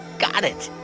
got it